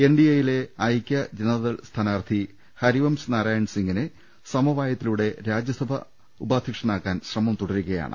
N ഡി എയിലെ ഐക്യജനതാദൾ സ്ഥാനാർത്ഥി ഹരിവംശ് നാരായൺ സിംഗിനെ സമവായത്തിലൂടെ രാജ്യസഭാ ഉപാധ്യക്ഷനാക്കാൻ ശ്രമം തുടരുകയാണ്